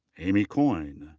amy coyne.